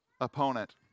opponent